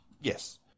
Yes